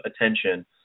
attention